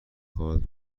خواهد